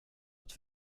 att